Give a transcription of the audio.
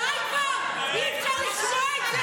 די כבר, אי-אפשר לשמוע את זה.